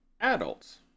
Adults